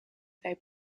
they